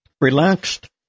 relaxed